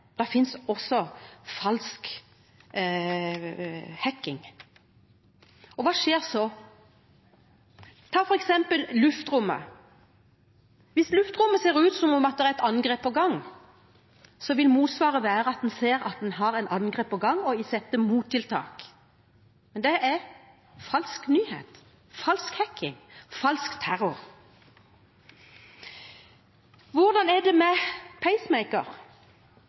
Det finnes også falsk hacking. Hva skjer så? Ta f.eks. luftrommet: Hvis det i luftrommet ser ut som om det er et angrep på gang, vil motsvaret være at en ser at en har et angrep på gang og sette inn mottiltak, men det er falske nyheter, falsk hacking, falsk terror. Hvordan er det med pacemakere og å hacke en pacemaker